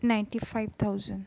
ninety five thousand